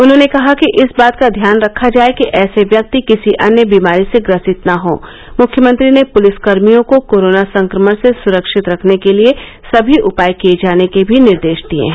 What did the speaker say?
उन्होंने कहा कि इस बात का ध्यान रखा जाए कि ऐसे व्यक्ति किसी अन्य बीमारी से ग्रसित न हो मुख्यमंत्री ने पुलिसकर्मियों को कोरोना संक्रमण से सुरक्षित रखने के लिए सभी उपाय किए जाने के भी निर्देश दिए हैं